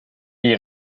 die